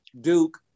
Duke